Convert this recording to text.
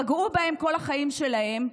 פגעו בהן כל החיים שלהן,